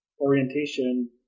orientation